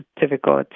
difficult